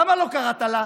למה לא קראת לה?